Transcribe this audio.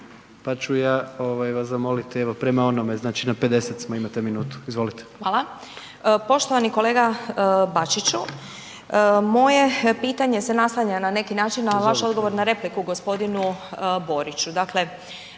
ja ovaj vas zamoliti evo prema onome znači na 50 smo, imate minutu. Izvolite. **Glasovac, Sabina (SDP)** Hvala. Poštovani kolega Bačiću, moje pitanje se nastavlja na neki način na vaš odgovor na repliku gospodinu Boriću.